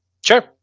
sure